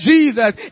Jesus